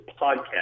podcast